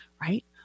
right